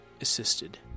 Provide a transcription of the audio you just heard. assisted